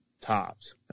tops